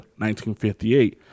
1958